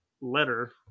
letter